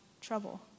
trouble